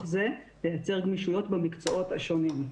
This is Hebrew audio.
זה לייצר גמישויות במקצועות השונים.